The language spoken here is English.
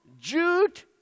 Jude